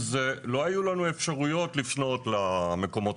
כשלא הייתה לנו אפשרות לפנות למקומות